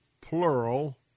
plural